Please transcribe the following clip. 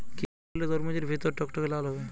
কি করলে তরমুজ এর ভেতর টকটকে লাল হবে?